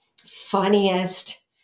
funniest